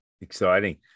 exciting